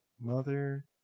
Mother